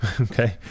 Okay